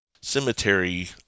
cemetery